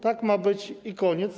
Tak ma być i koniec.